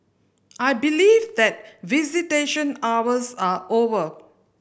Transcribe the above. I believe that visitation hours are over